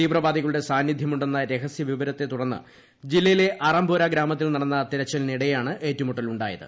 തീവ്രവാദികളുടെ സാന്നിധ്യം ഉണ്ടെന്ന രഹസ്യ വിവരത്തെ തുടർന്ന് ജില്ലയിലെ ആറംപോര ഗ്രാമത്തിൽ നടന്ന തെരച്ചിലിനിടെയാണ് ഏറ്റുമുട്ടലുണ്ടായത്